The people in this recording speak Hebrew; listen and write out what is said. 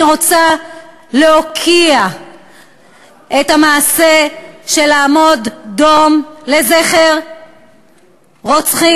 אני רוצה להוקיע את המעשה של לעמוד דום לזכר רוצחים.